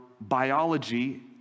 biology